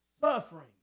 suffering